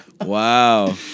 Wow